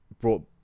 brought